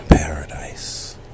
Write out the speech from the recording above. paradise